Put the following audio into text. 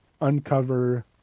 uncover